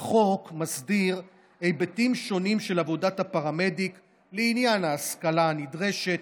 החוק מסדיר היבטים שונים של עבודת הפרמדיק לעניין ההשכלה הנדרשת,